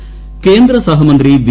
മുരളീധരൻ കേന്ദ്ര സഹമന്ത്രി വി